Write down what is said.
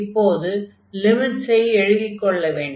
இப்போது லிமிட்ஸை எழுதிக்கொள்ள வேண்டும்